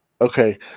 Okay